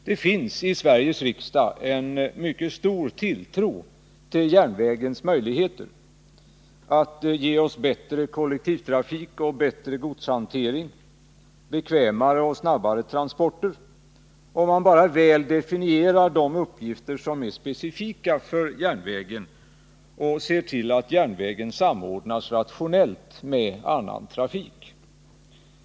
Det finns i Sveriges riksdag en stor tilltro till järnvägens möjligheter att ge oss bättre kollektivtrafik och bättre godshantering, bekvämare och snabbare transporter, om man väl definierar de uppgifter som är specifika för järnvägen och ser till att järnvägstrafiken samordnas rationellt med annan trafik.